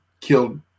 killed